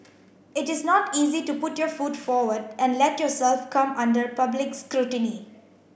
it is not easy to put your foot forward and let yourself come under public scrutiny